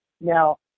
now